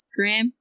Instagram